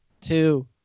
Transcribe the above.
two